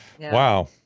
Wow